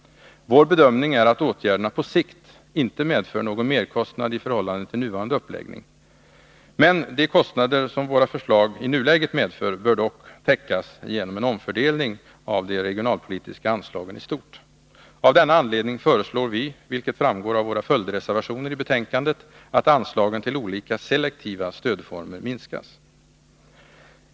Vår bedömning är att åtgärderna på sikt inte medför någon merkostnad i förhållande till nuvarande uppläggning. De kostnader som våra förslag i nuläget medför bör dock täckas genom en omfördelning av de regionalpolitiska anslagen i stort. Av denna anledning föreslår vi, vilket framgår av våra följdreservationer i betänkandet, att anslagen till olika selektiva stödformer minskas.